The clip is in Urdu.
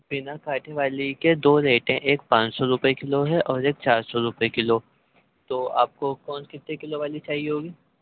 بنا کانٹے والی کے دو ریٹ ہیں ایک پانچ سو روپیے کلو ہے اور ایک چار سو روپے کلو تو آپ کو کون کتنے کلو والی چاہیے ہوگی